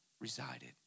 resided